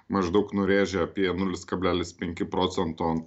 maždaug nurėžia apie nulis kablelis penki procento